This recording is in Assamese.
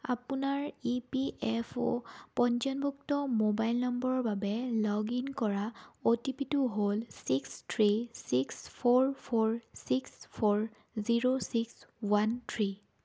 আপোনাৰ ই পি এফ অ' পঞ্জীয়নভুক্ত ম'বাইল নম্বৰৰ বাবে লগ ইন কৰা অ'টিপিটো হ'ল six three six four four six four zero six one three